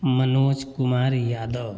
Manoj Kumar Yadav